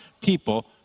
people